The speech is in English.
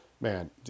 man